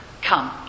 Come